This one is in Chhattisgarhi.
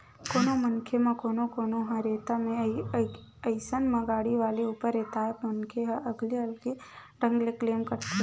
कोनो मनखे म कोनो कोनो ह रेता गे अइसन म गाड़ी वाले ऊपर रेताय मनखे ह अलगे अलगे ढंग ले क्लेम करथे